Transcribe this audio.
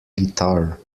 guitar